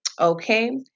okay